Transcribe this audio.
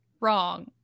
wrong